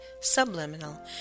subliminal